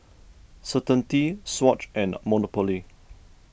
Certainty Swatch and Monopoly